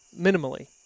minimally